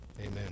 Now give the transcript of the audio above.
Amen